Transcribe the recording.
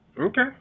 Okay